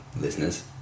listeners